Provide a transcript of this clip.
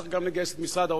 צריך לגייס גם את משרד האוצר,